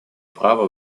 права